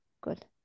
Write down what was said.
good